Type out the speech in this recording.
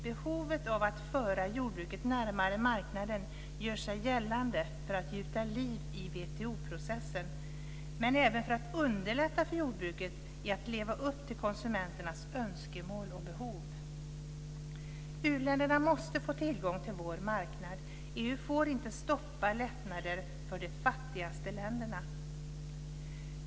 Behovet av att föra jordbruket närmare marknaden gör sig gällande för att gjuta liv i WTO processen men även för att underlätta för jordbruket att leva upp till konsumenternas önskemål och behov. U-länderna måste få tillgång till vår marknad. EU får inte stoppa lättnader för de fattigaste länderna.